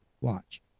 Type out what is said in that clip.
Watch